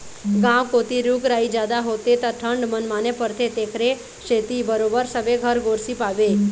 गाँव कोती रूख राई जादा होथे त ठंड मनमाने परथे तेखरे सेती बरोबर सबे घर गोरसी पाबे